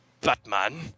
Batman